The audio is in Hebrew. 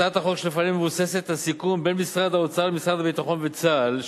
הצעת החוק שלפנינו מבוססת על סיכום בין משרד האוצר למשרד הביטחון וצה"ל,